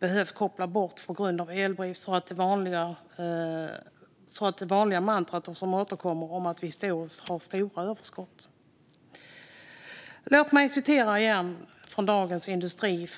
behövt kopplas bort på grund av elbrist. Det vanliga mantrat om att vi har historiskt stora överskott återkommer. Låt mig åter citera företagens uppfattningar från Dagens industri!